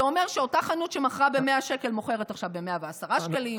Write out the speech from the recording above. זה אומר שאותה חנות שמכרה ב-100 שקלים מוכרת עכשיו ב-110 שקלים,